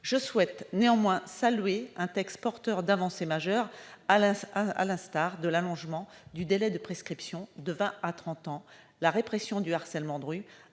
Je souhaite néanmoins saluer un texte porteur d'avancées majeures, à l'instar de l'allongement du délai de prescription de vingt à trente ans, de la répression du harcèlement de rue,